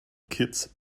kitts